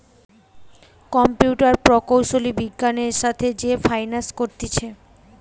computer প্রকৌশলী বিজ্ঞানের সাথে যে ফাইন্যান্স করতিছে